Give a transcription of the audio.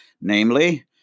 namely